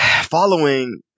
following